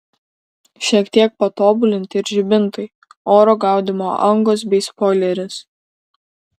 šiek tiek patobulinti ir žibintai oro gaudymo angos bei spoileris